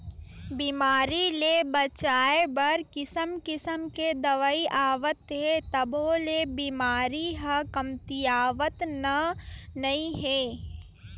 बेमारी ले बचाए बर किसम किसम के दवई आवत हे तभो ले बेमारी ह कमतीयावतन नइ हे